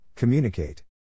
Communicate